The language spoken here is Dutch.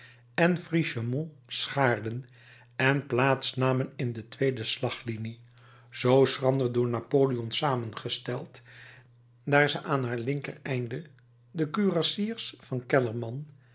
en frischemont schaarden en plaats namen in de tweede slaglinie zoo schrander door napoleon samengesteld daar ze aan haar linkereinde de kurassiers van kellerman